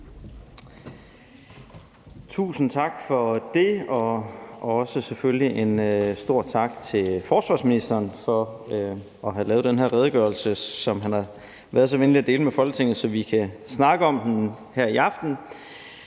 Tusind tak for det. Og selvfølgelig også en stor tak til forsvarsministeren for at have lavet den her redegørelse, som han har været så venlig at dele med Folketinget, så vi kan snakke om den her i aften.